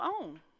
own